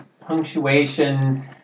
punctuation